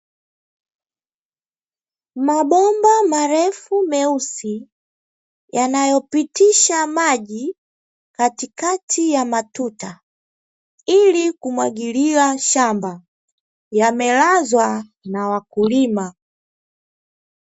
Mabomba marefu meusi yanayopitisha maji katikati ya matuta, ili kumwagilia shamba yamelazwa na wakulima.